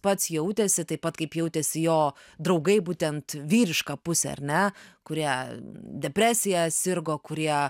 pats jautėsi taip pat kaip jautėsi jo draugai būtent vyrišką pusę ar ne kurie depresija sirgo kurie